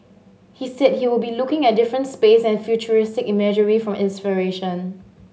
he said he would be looking at different space and futuristic imagery for inspiration